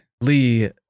lee